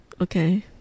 Okay